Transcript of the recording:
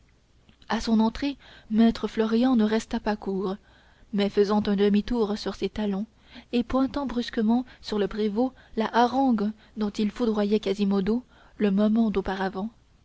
à son entrée maître florian ne resta pas court mais faisant un demi-tour sur ses talons et pointant brusquement sur le prévôt la harangue dont il foudroyait quasimodo le moment d'auparavant